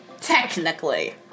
Technically